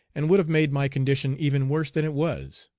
and would have made my condition even worse than it was.